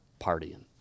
partying